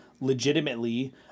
legitimately